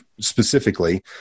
specifically